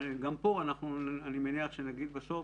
גם פה, אני מניח שנגיד בסוף